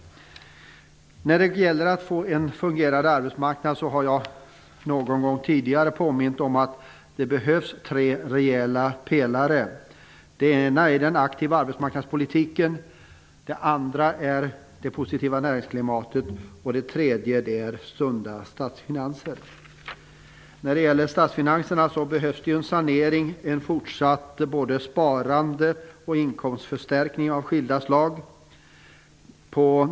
När det gäller att få en fungerande arbetsmarknad behövs det, som jag nämnt någon gång tidigare, tre rejäla pelare. Den ena är den aktiva arbetsmarknadspolitiken. Den andra är det positiva näringsklimatet. Den tredje är sunda statsfinanser. Det behövs en sanering av statsfinanserna, ett fortsatt sparande och inkomstförstärkningar av skilda slag.